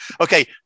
Okay